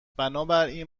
بنابراین